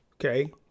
Okay